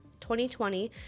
2020